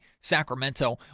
Sacramento